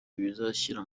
bizashyirwa